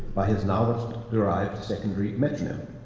by his nahuatl-derived secondary metronym.